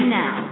now